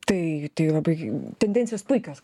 tai tai labai tendencijos puikios